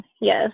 yes